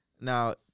Now